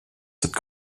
cette